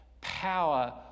power